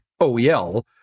OEL